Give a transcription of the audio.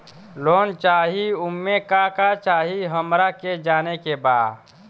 Loan चाही उमे का का चाही हमरा के जाने के बा?